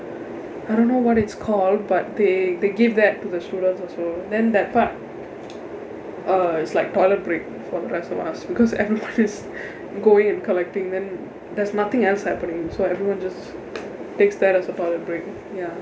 I don't know what it's called but they they give that to the students also then that part uh is like toilet break for the rest of us because everyone is going and collecting then there's nothing else happening so everyone just takes that as a toilet break ya